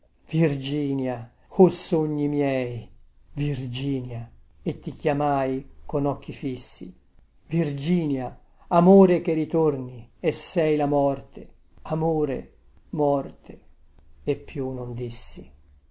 virginia o sogni miei virginia e ti chiamai con occhi fissi virginia amore che ritorni e sei la morte amore morte e più non dissi